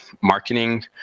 marketing